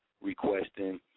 requesting